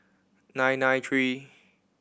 nine nine three